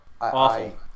Awful